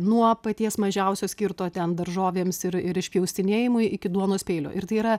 nuo paties mažiausio skirto ten daržovėms ir ir išpjaustinėjimui iki duonos peilio ir tai yra